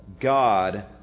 God